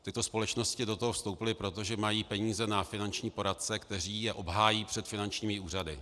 Tyto společnosti do toho vstoupily proto, že mají peníze na finanční poradce, kteří je obhájí před finančními úřady.